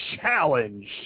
challenge